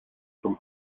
from